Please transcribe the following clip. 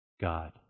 God